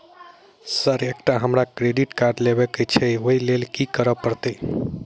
Sir एकटा हमरा credit card लेबकै छैय ओई लैल की करऽ परतै?